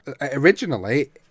originally